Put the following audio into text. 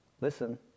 listen